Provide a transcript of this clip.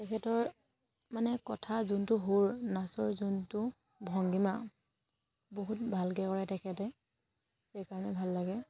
তেখেতৰ মানে কথা যোনটো সুৰ নাচৰ যোনটো ভংগীমা বহুত ভালকৈ কৰে তেখেতে সেইকাৰণে ভাল লাগে